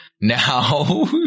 Now